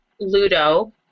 Ludo